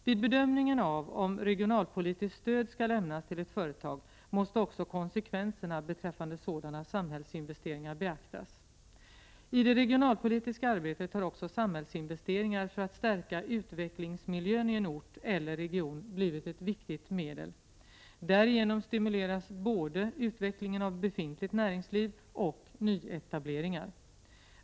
Vid bedömningen av om regionalpolitiskt stöd skall lämnas till ett företag måste också konsekvenserna beträffande sådana samhällsinvesteringar beaktas. I det regionalpolitiska arbetet har också samhällsinvesteringar för att stärka utvecklingsmiljön i en ort eller region blivit ett viktigt medel. Därigenom stimuleras både utvecklingen av befintligt näringsliv och nyetableringar.